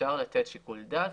אפשר לתת שיקול דעת.